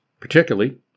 particularly